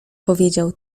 powiedział